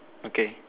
okay